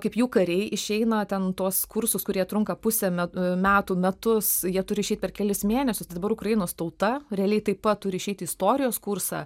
kaip jų kariai išeina ten tuos kursus kurie trunka pusę me metų metus jie turi išeit per kelis mėnesius tai dabar ukrainos tauta realiai taip pat turi išeit istorijos kursą